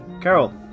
Carol